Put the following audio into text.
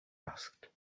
asked